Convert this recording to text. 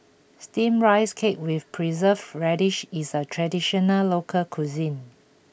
Steamed Rice Cake with Preserved Radish is a traditional local cuisine